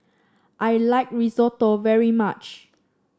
I like Risotto very much